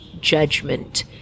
judgment